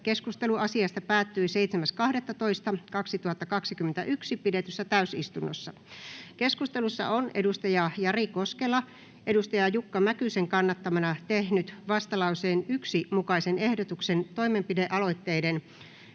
Keskustelu asiasta päättyi 7.12.2021 pidetyssä täysistunnossa. Keskustelussa on Jari Koskela Jukka Mäkysen kannattamana tehnyt vastalauseen 1 mukaisen ehdotuksen toimenpidealoitteiden